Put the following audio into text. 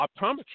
optometry